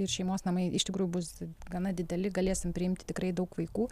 ir šeimos namai iš tikrųjų bus gana dideli galėsim priimti tikrai daug vaikų